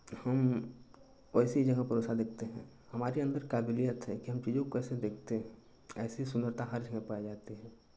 हम वैसी जगह पर वैसा दिखते हैं हमारे अन्दर काबिलियत है कि हम चीज़ों को कैसे देखते हैं ऐसी सुन्दरता हर जगह पाई जाती है